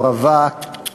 או רווק,